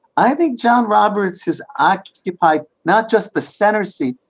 i think john roberts has occupied not just the center seat,